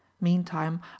meantime